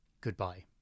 Goodbye